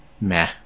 Meh